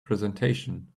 presentation